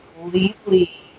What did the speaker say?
completely